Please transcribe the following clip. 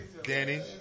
Danny